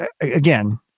again